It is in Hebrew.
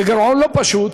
זה גירעון לא פשוט,